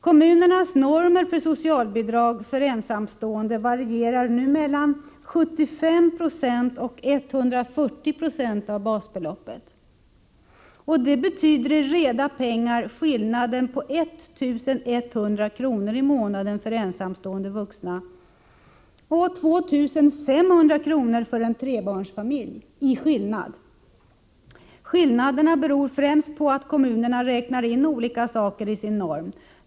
Kommunernas normer för socialbidrag för ensamstående varierar nu mellan 75 96 och 140 96 av basbeloppet. Detta betyder i reda pengar skillnader på 1 100 kr. i månaden för ensamstående vuxna och 2 500 kr. för en trebarnsfamilj. Skillnaderna beror främst på att kommunerna räknar in olika saker i sin norm.